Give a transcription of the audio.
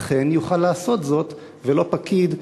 אכן יוכל לעשות זאת, ולא פקיד,